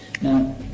Now